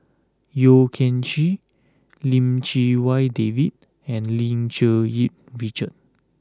Yeo Kian Chye Lim Chee Wai David and Lim Cherng Yih Richard